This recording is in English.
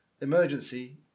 Emergency